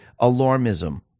alarmism